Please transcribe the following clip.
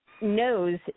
knows